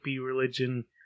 religion